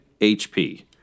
HP